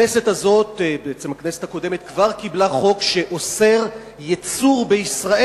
הכנסת הקודמת כבר קיבלה חוק שאוסר ייצור בישראל